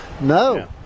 No